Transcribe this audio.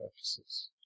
purposes